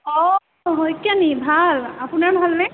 অঁ শইকীয়ানী ভাল আপোনাৰ ভাল নে